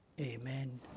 Amen